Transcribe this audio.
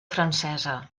francesa